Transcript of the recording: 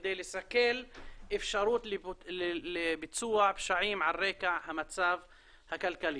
כדי לסכל אפשרות לביצוע פשעים על רקע המצב הכלכלי.